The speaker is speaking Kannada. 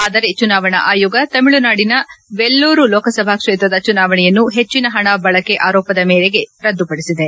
ಆದರೆ ಚುನಾವಣಾ ಆಯೋಗ ತಮಿಳುನಾಡಿನ ವೆಲ್ಲೂರು ಲೋಕಸಭಾ ಕ್ಷೇತ್ರದ ಚುನಾವಣೆಯನ್ನು ಹೆಚ್ಚಿನ ಹಣ ಬಳಕೆ ಆರೋಪದ ಮೇರೆಗೆ ರದ್ದುಪಡಿಸಿದೆ